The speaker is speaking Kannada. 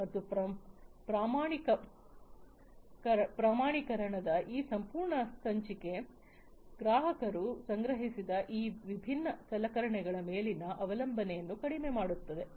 ಮತ್ತು ಪ್ರಮಾಣೀಕರಣದ ಈ ಸಂಪೂರ್ಣ ಸಂಚಿಕೆ ಗ್ರಾಹಕರು ಸಂಗ್ರಹಿಸಿದ ಈ ವಿಭಿನ್ನ ಸಲಕರಣೆಗಳ ಮೇಲಿನ ಅವಲಂಬನೆಯನ್ನು ಕಡಿಮೆ ಮಾಡುತ್ತದೆ